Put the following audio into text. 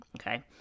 okay